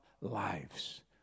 lives